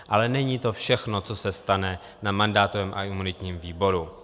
Ale není to všechno, co se stane na mandátovém a imunitním výboru.